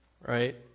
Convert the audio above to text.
Right